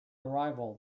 arrival